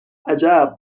عجب